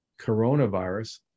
coronavirus